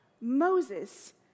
Moses